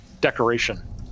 decoration